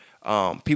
People